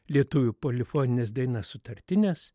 lietuvių polifonines dainas sutartines